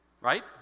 Right